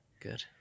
Good